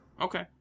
Okay